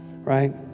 right